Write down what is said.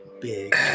Big